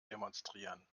demonstrieren